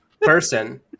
person